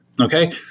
Okay